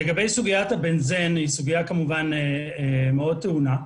לגבי סוגיית ה-בנזן שהיא כמובן סוגיה מאוד טעונה.